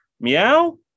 meow